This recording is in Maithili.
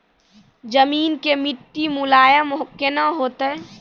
जमीन के मिट्टी मुलायम केना होतै?